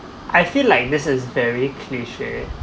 I feel like this is very cliche